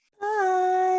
Bye